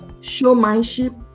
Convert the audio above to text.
showmanship